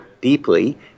deeply